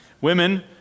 Women